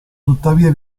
tuttavia